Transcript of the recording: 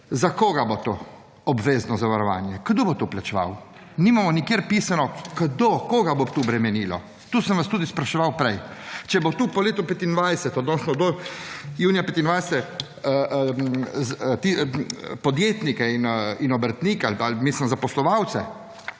Za koga bo to obvezno zavarovanje? Kdo bo to plačeval? Nimamo nikjer pisano kdo, koga bo to bremenilo. To sem vas tudi spraševal prej. Če bo tu po letu 2025 oziroma do junija 2025 podjetnike in obrtnike oziroma zaposlovalce